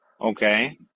okay